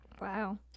wow